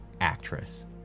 actress